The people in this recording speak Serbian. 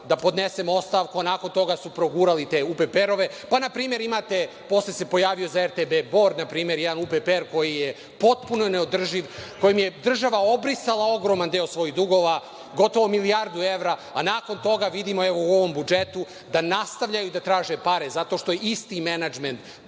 da podnesemo ostavku, a nakon toga su progurali te UPPR. Posle se pojavio za RTB „Bor“ npr. jedan UPPR koji je potpuno neodrživ, kojim je država obrisala ogroman deo svojih dugova, gotovo milijardu evra, a nakon toga vidimo u ovom budžetu da nastavljaju da traže pare zato što je isti menadžment,